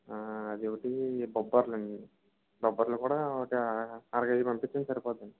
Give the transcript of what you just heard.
అడి ఒకటీ బొబ్బర్లు అండి బొబ్బర్లు కూడా ఒక అరకేజీ పంపించండి సరిపోద్దండి